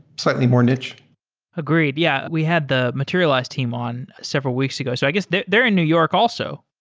slightly more niche agreed. yeah. we had the materialized team on several weeks ago. so i guess they're they're in new york also